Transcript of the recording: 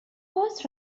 was